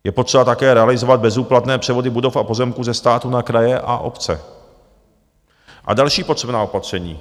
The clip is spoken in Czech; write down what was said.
Je potřeba také realizovat bezúplatné převody budov a pozemků ze státu na kraje a obce a další potřebná opatření.